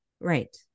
Right